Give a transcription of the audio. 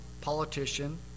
politician